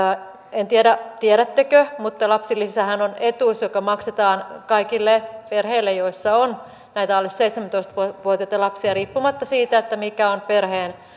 en tiedä tiedättekö mutta lapsilisähän on etuus joka maksetaan kaikille perheille joissa on alle seitsemäntoista vuotiaita lapsia riippumatta siitä mikä on perheen